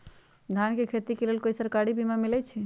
धान के खेती के लेल कोइ सरकारी बीमा मलैछई?